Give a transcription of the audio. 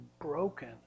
broken